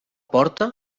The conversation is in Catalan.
porta